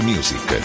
Music